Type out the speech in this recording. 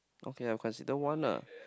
okay lah consider one lah